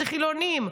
זה חילונים,